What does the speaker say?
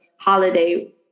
Holiday